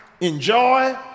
Enjoy